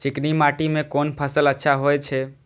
चिकनी माटी में कोन फसल अच्छा होय छे?